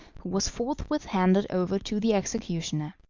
who was forthwith handed over to the executioner.